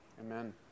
Amen